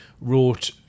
wrote